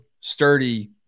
sturdy